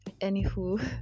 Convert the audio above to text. anywho